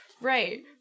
Right